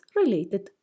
related